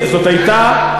זו הייתה הערה,